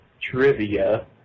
trivia